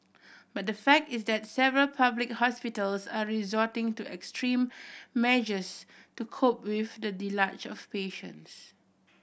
but the fact is that several public hospitals are resorting to extreme measures to cope with the of patients